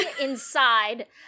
inside